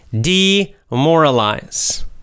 Demoralize